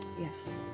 Yes